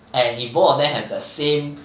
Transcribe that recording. and if both of them have the same